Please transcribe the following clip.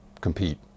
compete